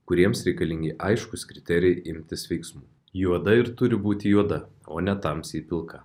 kuriems reikalingi aiškūs kriterijai imtis veiksmų juoda ir turi būti juoda o ne tamsiai pilka